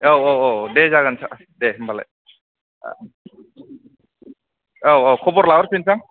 औ औ औ दे जागोन सार दे होम्बालाय औ औ खबर लाहरफिनसां